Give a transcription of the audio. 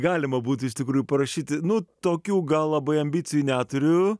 galima būtų iš tikrųjų parašyti nu tokių gal labai ambicijų neturiu